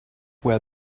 where